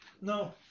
No